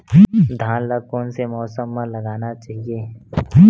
धान ल कोन से मौसम म लगाना चहिए?